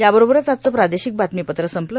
याबरोबरच आजचं प्रार्दोशक बातमीपत्र संपलं